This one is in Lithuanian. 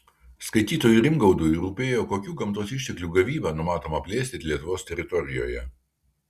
skaitytojui rimgaudui rūpėjo kokių gamtos išteklių gavybą numatoma plėsti lietuvos teritorijoje